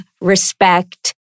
respect